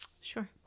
Sure